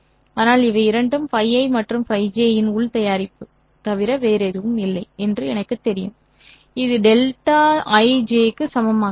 ஆனால் இவை இரண்டும் ϕi மற்றும் ϕj இன் உள் தயாரிப்பு தவிர வேறில்லை என்று எனக்குத் தெரியும் இது δij க்கு சமமாக இருக்கும்